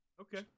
Okay